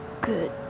Good